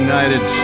United